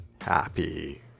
happy